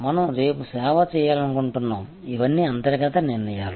మనం రేపు సేవ చేయాలనుకుంటున్నాము ఇవన్నీ అంతర్గత నిర్ణయాలు